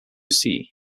sea